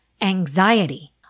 anxiety